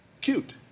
cute